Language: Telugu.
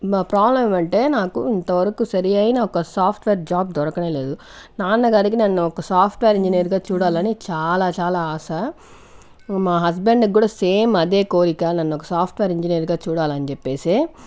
మా ప్రాబ్లమ్ ఏమంటే నాకు ఇంతవరకు సరైన ఒక సాఫ్ట్వేర్ జాబ్ దొరకనే లేదు నాన్న గారికి నన్ను ఒక సాఫ్ట్వేర్ ఇంజనీర్ గా చూడాలని చాలా చాలా ఆశ మా హస్బెండ్ కి కూడా సేమ్ అదే కోరిక నన్నొక సాఫ్ట్వేర్ ఇంజనీర్ గా చూడాలని చెప్పేసి